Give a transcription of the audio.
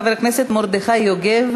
חבר הכנסת מרדכי יוגב,